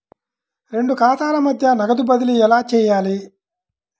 రెండు ఖాతాల మధ్య నగదు బదిలీ ఎలా చేయాలి?